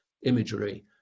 imagery